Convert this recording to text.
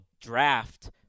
draft